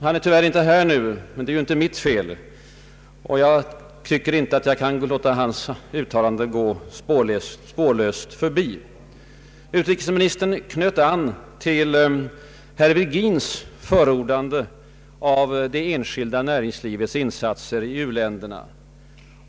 Han är tyvärr inte här nu, men det är inte mitt fel, och jag tycker inte att jag kan låta hans uttalande gå spårlöst förbi. Utrikesministern knöt an till herr Virgins förordande av det enskilda näringslivets insatser i u-länderna.